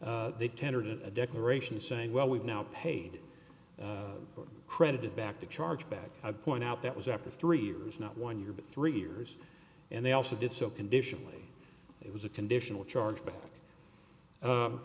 they tendered a declaration saying well we've now paid credited back the charge back i point out that was after three years not one year but three years and they also did so conditionally it was a conditional charge but